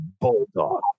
bulldog